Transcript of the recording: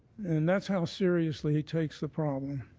and that's how seriously he takes the problem.